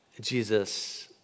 Jesus